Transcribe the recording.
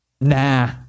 Nah